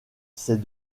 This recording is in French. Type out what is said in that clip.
c’est